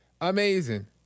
Amazing